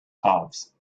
calves